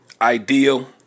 ideal